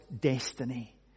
destiny